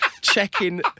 checking